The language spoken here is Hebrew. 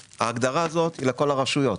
ההגדרה הזו היא לכל הרשויות.